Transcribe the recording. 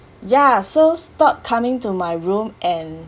ya so stop coming to my room and